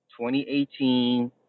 2018